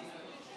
500 הסתייגויות.